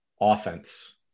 offense